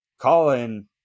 Colin